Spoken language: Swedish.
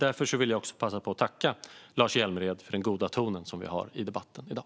Därför vill jag också passa på att tacka Lars Hjälmered för den goda tonen i debatten i dag.